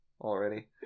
already